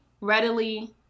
readily